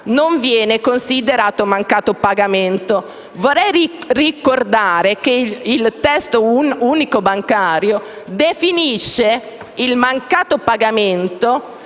non viene considerato mancato pagamento. Vorrei ricordare che il testo unico bancario definisce come mancato pagamento